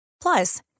Plus